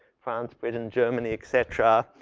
france, britain, germany et cetera.